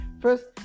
first